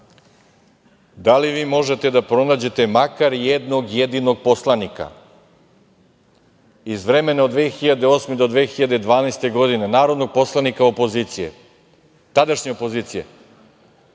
da li vi možete da pronađete makar jednog jedinog poslanika iz vremena od 2008. do 2012. godine, narodnog poslanika tadašnje opozicije,